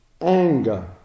anger